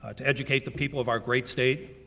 ah to educate the people of our great state,